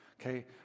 okay